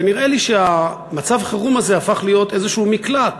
ונראה לי שמצב החירום הזה הפך להיות איזה מקלט